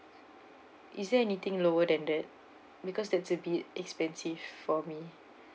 is there anything lower than that because that's a bit expensive for me